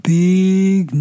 big